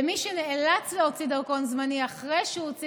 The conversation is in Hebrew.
ומי שנאלץ להוציא דרכון זמני אחרי שהוציא